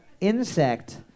insect